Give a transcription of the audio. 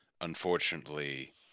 unfortunately